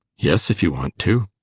yes, if you want to.